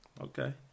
okay